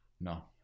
No